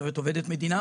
עובדת מדינה,